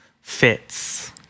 fits